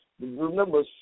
Remember